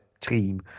team